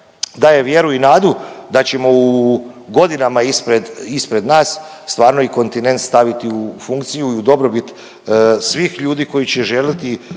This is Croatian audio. daje vjeru i nadu da ćemo u godinama ispred, ispred nas stvarno i kontinent staviti u funkciju i u dobrobit svih ljudi koji će željeti